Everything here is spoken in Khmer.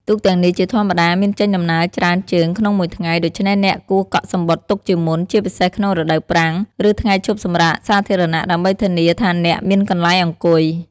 ទូកទាំងនេះជាធម្មតាមានចេញដំណើរច្រើនជើងក្នុងមួយថ្ងៃ ដូច្នេះអ្នកគួរកក់សំបុត្រទុកជាមុន ជាពិសេសក្នុងរដូវប្រាំង ឬថ្ងៃឈប់សម្រាកសាធារណៈ ដើម្បីធានាថាអ្នកមានកន្លែងអង្គុយ។